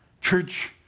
Church